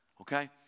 Okay